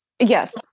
yes